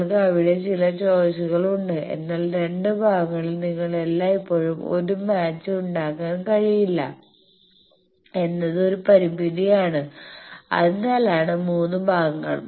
നിങ്ങൾക്ക് അവിടെ ചില ചോയ്സുകൾ ഉണ്ട് എന്നാൽ 2 ഭാഗങ്ങളിൽ നിങ്ങൾക്ക് എല്ലായ്പ്പോഴും ഒരു മാച്ച് ഉണ്ടാകാൻ കഴിയില്ല എന്നത് ഒരു പരിമിതിയാണ് അതിനാലാണ് മൂന്ന് ഭാഗങ്ങൾ